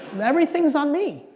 everything's on me.